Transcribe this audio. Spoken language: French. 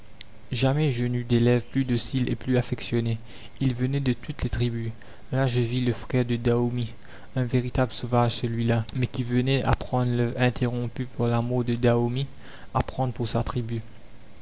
jamais je n'eus d'élèves plus dociles et plus affectionnés ils venaient de toutes les tribus là je vis le frère de daoumi un véritable sauvage celui-là mais qui venait apprendre l'œuvre interrompue par la mort de daoumi apprendre pour sa tribu